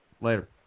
Later